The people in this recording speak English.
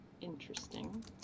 interesting